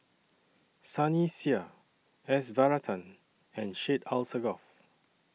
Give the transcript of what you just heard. Sunny Sia S Varathan and Syed Alsagoff